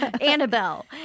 Annabelle